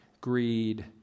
greed